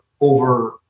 over